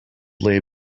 lay